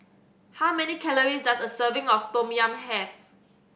how many calories does a serving of Tom Yam have